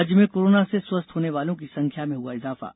राज्य में कोरोना से स्वस्थ होने वालो की संख्या में हुआ ईजाफा